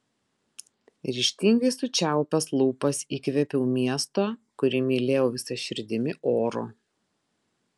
ryžtingai sučiaupęs lūpas įkvėpiau miesto kurį mylėjau visa širdimi oro